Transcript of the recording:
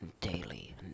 daily